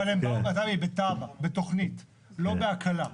הם באו בתב"ע, בתוכנית, לא בהקלה.